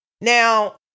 Now